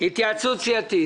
כמו בשנים עברו,